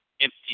empty